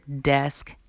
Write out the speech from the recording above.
desk